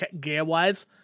gear-wise